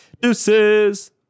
Deuces